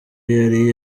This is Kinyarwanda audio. yari